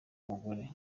umugore